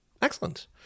Excellent